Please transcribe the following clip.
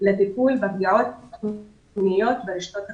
לטיפול בפגיעות מיניות ברשתות החברתיות.